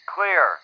Clear